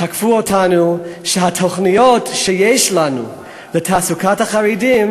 תקפו אותנו שהתוכניות שיש לנו לתעסוקת החרדים